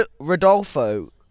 Rodolfo